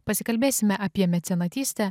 pasikalbėsime apie mecenatystę